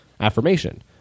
affirmation